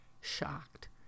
shocked